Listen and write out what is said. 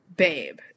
Babe